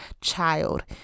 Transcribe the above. child